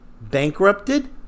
bankrupted